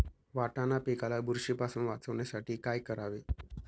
वाटाणा पिकाला बुरशीपासून वाचवण्यासाठी काय करावे?